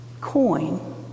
coin